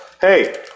Hey